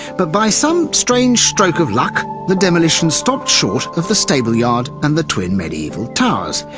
but by some strange stroke of luck, the demolition stopped short of the stable-yard, and the twin medieval towers,